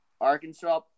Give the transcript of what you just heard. Arkansas –